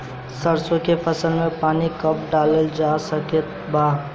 सरसों के फसल में पानी कब डालल जा सकत बा?